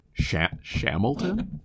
Shamilton